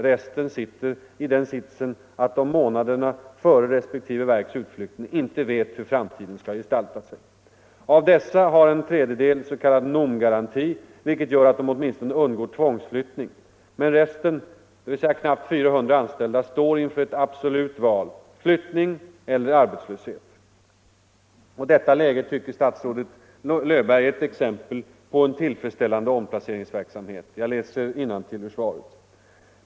Resten sitter i den sitsen att de månaderna före resp. verks utflyttning inte vet hur framtiden skall gestalta sig. Av dessa har en tredjedel s.k. NOM-garanti, vilket gör att de åtminstone undgår tvångsflyttning, men resten — dvs. knappt 400 anställda — står inför ett absolut val: flyttning eller arbetslöshet. Och detta läge tycker statsrådet Löfberg är ett exempel på en tillfredsställande omplaceringsverksamhet — jag läser innantill ur svaret.